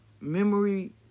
memory